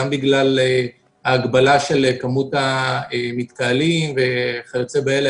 גם בגלל ההגבלה של כמות המתקהלים וכיוצא באלה,